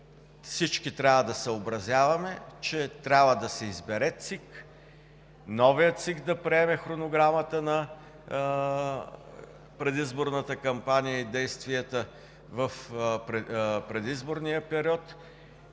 Всички трябва да съобразяваме, че трябва да се избере ЦИК, новият ЦИК да приеме хронограмата на предизборната кампания и действията в предизборния период,